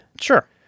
Sure